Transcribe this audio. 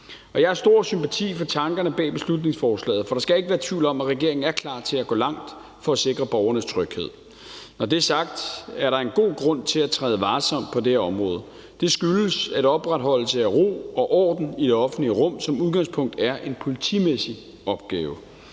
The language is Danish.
Jeg har stor sympati for tankerne bag beslutningsforslaget, for der skal ikke være tvivl om, at regeringen er klar til at gå langt for at sikre borgernes tryghed. Når det er sagt, er der en god grund til at træde varsomt på det her område. Det skyldes, at opretholdelse af ro og orden i det offentlige rum som udgangspunkt er en politimæssig opgave.